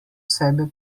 sebe